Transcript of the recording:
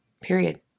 period